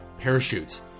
Parachutes